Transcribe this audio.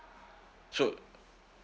so